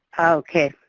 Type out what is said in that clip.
okay.